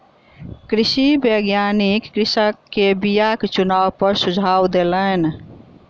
कृषि वैज्ञानिक कृषक के बीयाक चुनाव पर सुझाव देलैन